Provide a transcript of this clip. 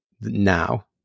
now